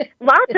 Lots